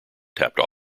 tapped